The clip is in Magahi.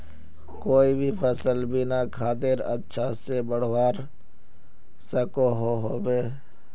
कोई भी सफल बिना खादेर अच्छा से बढ़वार सकोहो होबे?